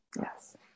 Yes